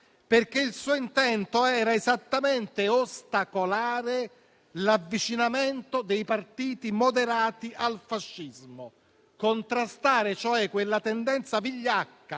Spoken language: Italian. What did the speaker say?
perché il suo intento era esattamente ostacolare l'avvicinamento dei partiti moderati al fascismo, contrastare cioè quella tendenza vigliacca